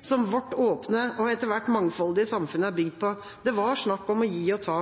som vårt åpne, og etter hvert mangfoldige, samfunn er bygd på. Det var snakk om å gi og ta.